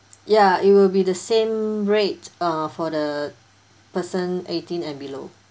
ya it will be the same rate err for the person eighteen and below